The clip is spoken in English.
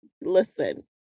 listen